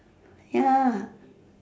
ya